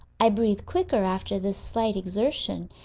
i breathed quicker, after this slight exertion,